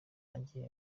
agiye